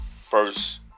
first